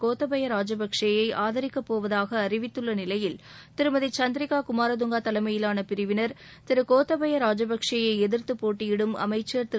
கோத்தபய ராஜபக்சேயை ஆதரிக்கப் போவதாக அறிவித்துள்ள நிலையில் திருமதி சந்திரிகா குமாரதங்கா தலைமையிலான பிரிவினர் திருகோத்தபய ராஜபக்சேயை எதிர்த்து போட்டியிடும் அமைச்சர் திரு